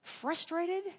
frustrated